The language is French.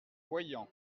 voyant